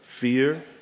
fear